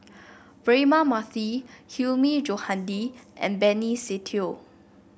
Braema Mathi Hilmi Johandi and Benny Se Teo